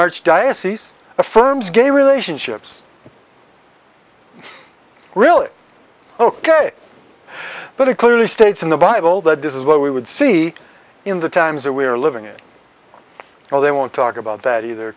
archdiocese affirms gay relationships really ok but it clearly states in the bible that this is what we would see in the times that we are living it now they won't talk about that either